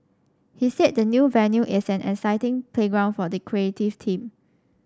he said the new venue is an exciting playground for the creative team